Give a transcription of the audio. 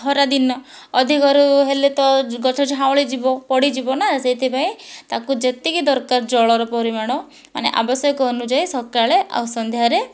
ଖରାଦିନ ଅଧିକରୁ ହେଲେ ତ ଗଛ ଝାଉଁଳି ଯିବ ପଡ଼ିଯିବ ନା ସେଥିପାଇଁ ତାକୁ ଯେତିକି ଦରକାର ଜଳର ପରିମାଣ ଆମେ ଆବଶ୍ୟକ ଅନୁଯାୟୀ ସକାଳେ ଆଉ ସନ୍ଧ୍ୟାରେ